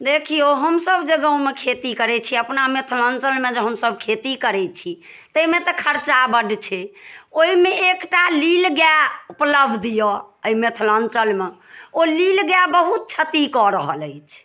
देखियौ हमसब जे गाँवमे खेती करै छियै अपना मिथलाञ्चलमे जे हमसब खेती करै छी तैमे तऽ खर्चा बड्ड छै ओइमे एकटा नील गाय उपलब्ध यऽ अइ मिथलाञ्चलमे ओ नील गाय बहुत क्षति कऽ रहल अछि